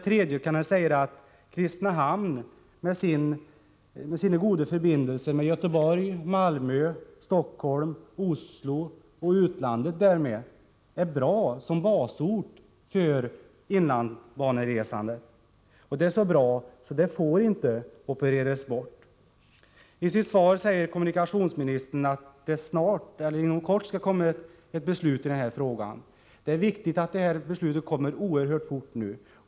Kristinehamn med sina goda förbindelser med Göteborg, Malmö, Stockholm, Oslo och därmed också med utlandet är bra som basort för inlandsbaneresandet. Detta förhållande är så bra att det inte får opereras bort. I sitt svar säger kommunikationsministern att det inom kort skall fattas ett beslut i den här frågan. Det är viktigt att detta beslut kommer oerhört fort.